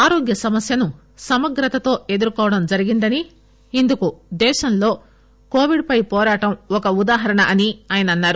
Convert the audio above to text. ఆరోగ్య సమస్యను సమగ్రతతో ఎదుర్కోవడం జరిగిందని ఇందుకు దేశంలో కోవిడ్ పై పోరాటం ఒక ఉదాహరణ అని ఆయన అన్నారు